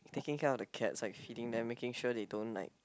taking care of the cats like feeding them making sure they don't like